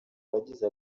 bagize